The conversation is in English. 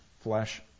flesh